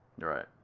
Right